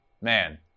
man